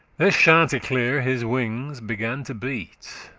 this chanticleer his wings began to beat,